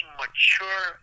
mature